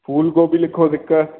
फूल गोभी लिखोसि हिक